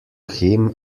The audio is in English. him